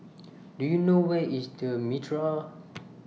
Do YOU know Where IS The Mitraa